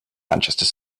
manchester